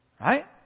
Right